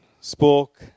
spoke